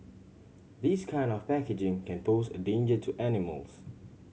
this kind of packaging can pose a danger to animals